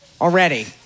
already